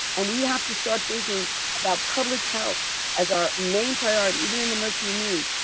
and we have to start thinking about public health as our main priority. even in the mercury news,